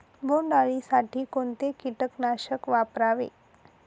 बोंडअळी साठी कोणते किटकनाशक वापरावे?